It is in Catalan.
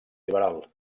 liberal